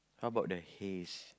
how about the haze